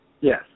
Yes